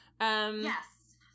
Yes